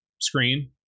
screen